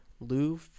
lou